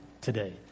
today